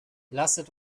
lasset